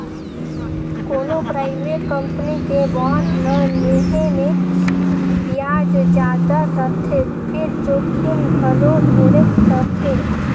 कोनो private company के bond ल लेहे मे बियाज जादा रथे फिर जोखिम घलो ढेरेच रथे